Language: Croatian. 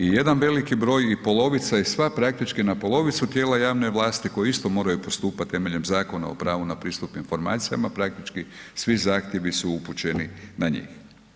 I jedan veliki broj i polovica i sva praktički, na polovicu tijela javne vlasti koje isto moraju postupati temeljem Zakona o pravu na pristup informacijama, praktički svi zahtjevi su upućeni na njih.